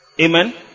Amen